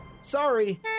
Sorry